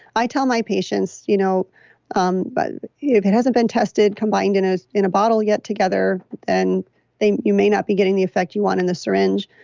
i tell my patients, you know um but if it hasn't been tested combined in ah in a bottle yet together then you may not be getting the effect you want in the syringe.